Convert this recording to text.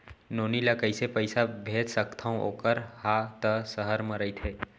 नोनी ल कइसे पइसा भेज सकथव वोकर हा त सहर म रइथे?